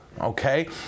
Okay